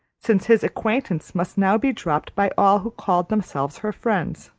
since his acquaintance must now be dropped by all who called themselves her friends.